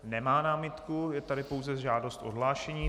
Nemá námitku, je tady pouze žádost o odhlášení.